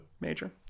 Major